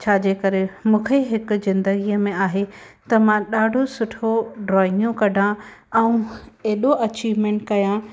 छा जे करे मूंखे हिकु जिंदगीअ में आहे त मां ॾाढो सुठो ड्रॉइंगियूं कढां ऐं एॾो अचीवमेंट कयां